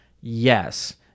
Yes